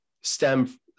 stem